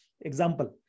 example